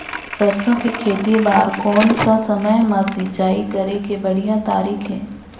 सरसो के खेती बार कोन सा समय मां सिंचाई करे के बढ़िया तारीक हे?